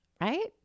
right